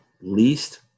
least